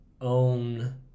own